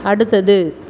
அடுத்தது